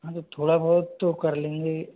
हाँ तो थोड़ा बहुत तो कर लेंगे